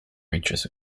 reaches